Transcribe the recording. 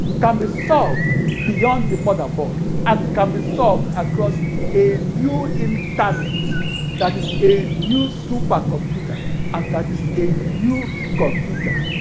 can be solved beyond the motherboard, and can be solved across a new internet that is a new supercomputer and that is a new computer.